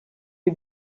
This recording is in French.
les